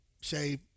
say